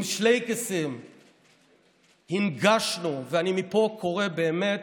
עם שלייקעס, הנגשנו, ואני מפה קורא באמת: